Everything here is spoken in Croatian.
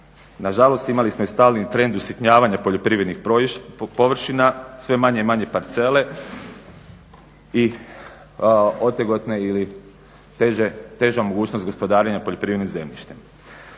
Nažalost, imali smo i stalni trend usitnjavanja poljoprivrednih površina, sve manje i manje parcele i otegotne ili teža mogućnost gospodarenja poljoprivrednim zemljištem.